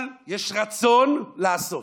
אבל יש רצון לעשות.